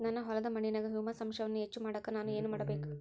ನನ್ನ ಹೊಲದ ಮಣ್ಣಿನಾಗ ಹ್ಯೂಮಸ್ ಅಂಶವನ್ನ ಹೆಚ್ಚು ಮಾಡಾಕ ನಾನು ಏನು ಮಾಡಬೇಕು?